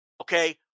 okay